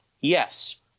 Yes